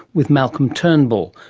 with malcolm turnbull,